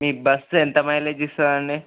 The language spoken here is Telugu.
మీ బస్సు ఎంత మైలేజ్ ఇస్తుంది అండి